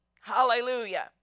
Hallelujah